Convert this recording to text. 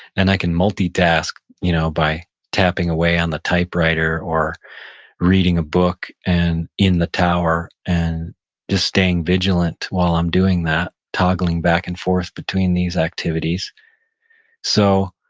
and i can multitask you know by tapping away on the typewriter or reading a book and in the tower and just staying vigilant while i'm doing that, toggling back and forth between these activities so.